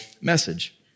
message